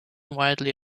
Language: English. widely